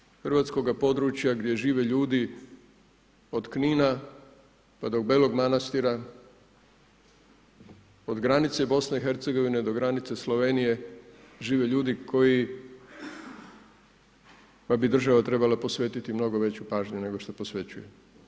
Ali, dobar dio hrvatskoga područja gdje žive ljude od Knina pa do Belog Manastira od granice BIH do granice Slovenije, žive ljudi koji, koja bi država trebala posvetiti mnogo veću pažnju nego što posvećuje.